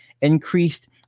increased